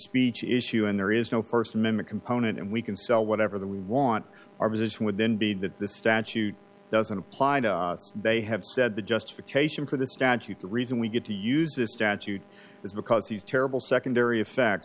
speech issue and there is no st amendment component and we can sell whatever the we want our position would then be that the statute doesn't apply to they have said the justification for this statute the reason we get to use this statute is because he's terrible secondary effect